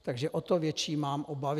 Takže o to větší mám obavy.